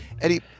Eddie